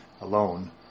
alone